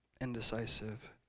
indecisive